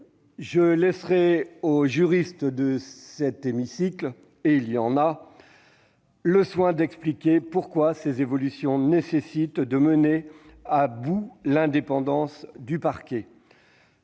Je laisserai aux juristes de cet hémicycle- ils sont nombreux -le soin d'expliquer pourquoi ces évolutions nécessitent de mener à bout l'indépendance du parquet.